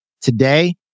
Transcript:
today